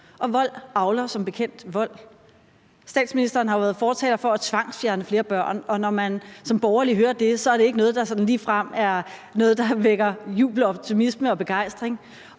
og vold avler som bekendt vold. Statsministeren har jo været fortaler for at tvangsfjerne flere børn, og når man som borgerlig hører det, er det ikke noget, der sådan ligefrem vækker jubel, optimisme og begejstring.